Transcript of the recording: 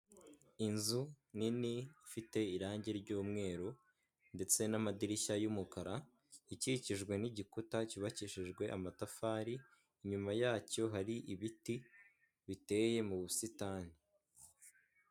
Inzu nini ifite irangi ry'umweru ndetse n'amadirishya y'umukara ikikijwe n'igikuta cyubakishijwe amatafari, inyuma yacyo hari ibiti biteye mu busitani.